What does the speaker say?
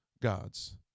gods